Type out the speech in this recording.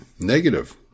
negative